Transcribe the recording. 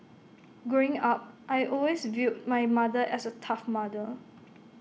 growing up I'd always viewed my mother as A tough mother